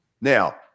Now